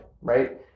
right